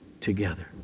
together